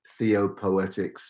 theopoetics